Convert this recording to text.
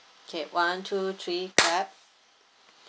okay one two three clap